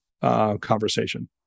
conversation